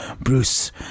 Bruce